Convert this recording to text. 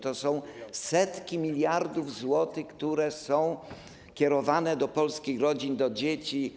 To są setki miliardów złotych kierowane do polskich rodzin, do dzieci.